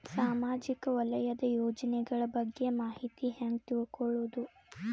ಸಾಮಾಜಿಕ ವಲಯದ ಯೋಜನೆಗಳ ಬಗ್ಗೆ ಮಾಹಿತಿ ಹ್ಯಾಂಗ ತಿಳ್ಕೊಳ್ಳುದು?